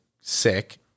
sick